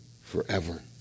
forever